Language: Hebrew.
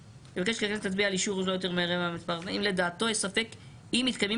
'הכנסת תצביע על אישור אם לדעתו יש ספק אם מתקיימים